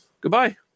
Goodbye